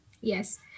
Yes